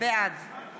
בעד